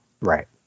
Right